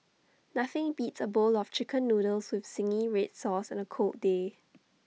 nothing beats A bowl of Chicken Noodles with Zingy Red Sauce on A cold day